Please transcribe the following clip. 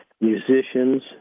musicians